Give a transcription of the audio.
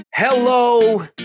Hello